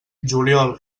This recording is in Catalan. juliol